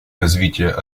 развития